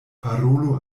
parolo